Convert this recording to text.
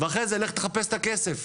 ואחרי זה לך תחפש את הכסף.